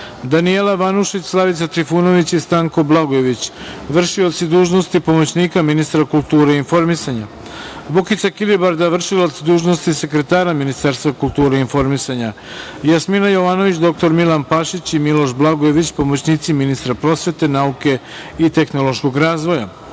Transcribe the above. Danijela Vanušić, Slavica Trifunović i Stanko Blagojević, vršioci dužnosti pomoćnika ministara kulture i informisanja, Vukica Kilibarda, vršilac dužnosti sekretara Ministarstva kulture i informisanja, Jasmina Jovanović, dr Milan Pašić i Miloš Blagojević, pomoćnici ministra prosvete, nauke i tehnološkog razvoja,